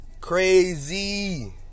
Crazy